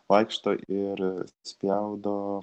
vaikšto ir spjaudo